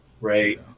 right